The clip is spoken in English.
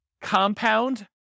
compound